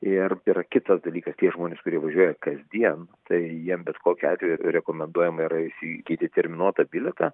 ir yra kitas dalykas tie žmonės kurie važiuoja kasdien tai jiem bet kokiu atveju rekomenduojama yra įsigyti terminuotą bilietą